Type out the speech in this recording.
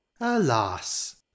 alas